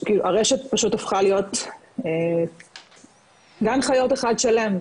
- הרשת פשוט הפכה להיות גן חיות אחד שלם,